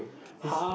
is